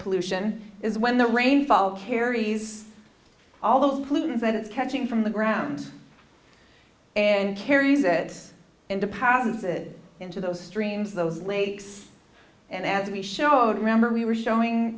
pollution is when the rain fall carries all those pollutants and it's catching from the ground and carries it and deposit it into those streams those lakes and as we showed remember we were showing